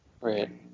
Right